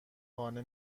خانه